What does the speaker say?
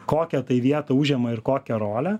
kokią tai vietą užima ir kokią rolę